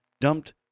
dumped